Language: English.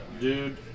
dude